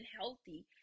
healthy